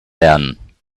lernen